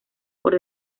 por